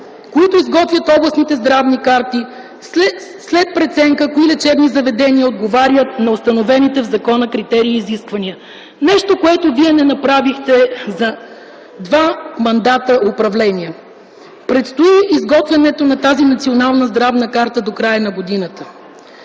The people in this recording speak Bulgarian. които изготвят областните здравни карти след преценка кои лечебни заведения отговарят на установените в закона критерии и изисквания – нещо, което вие не направихте за два мандата управление. Предстои изготвянето на тази национална здравна карта до края на годината.